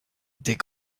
des